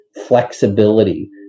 flexibility